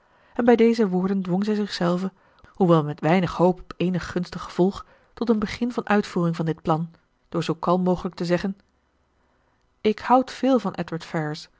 en bij deze woorden dwong zij zichzelve hoewel met weinig hoop op eenig gunstig gevolg tot een begin van uitvoering van dit plan door zoo kalm mogelijk te zeggen ik houd veel van